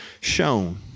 shown